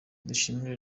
dushime